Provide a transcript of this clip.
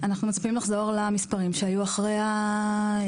אנחנו מצפים לחזור למספרים שהיו אחרי הפיגועים,